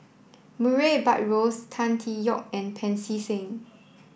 Murray Buttrose Tan Tee Yoke and Pancy Seng